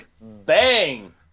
bang